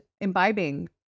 imbibing